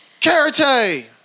Karate